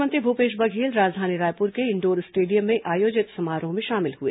मुख्यमंत्री भूपेश बघेल राजधानी रायपुर के इंडोर स्टेडियम में आयोजित समारोह में शामिल हुए